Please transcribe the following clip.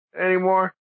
anymore